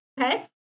okay